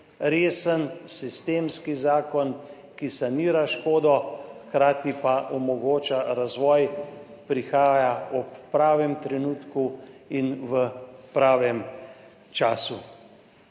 resen sistemski zakon, ki sanira škodo, hkrati pa omogoča razvoj, prihaja ob pravem trenutku in v pravem času.